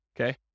okay